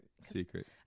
secret